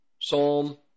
Psalm